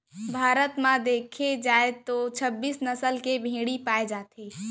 भारत म देखे जाए तो छब्बीस नसल के भेड़ी पाए जाथे